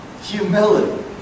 Humility